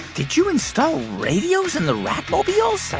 did you install radios in the rat-mobiles?